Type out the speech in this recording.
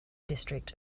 district